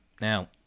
Now